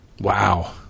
Wow